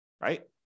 right